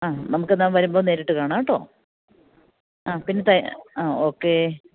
ആ നമുക്കെന്നാല് വരുമ്പോള് നേരിട്ട് കാണാം കേട്ടോ ആ പിന്നെത്തെ ആ ഓക്കേ